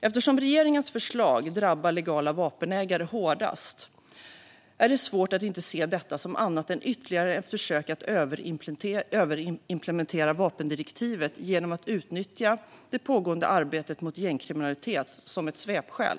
Eftersom regeringens förslag drabbar legala vapenägare hårdast är det svårt att inte se detta som ytterligare ett försök att överimplementera vapendirektivet genom att utnyttja det pågående arbetet mot gängkriminalitet som ett svepskäl.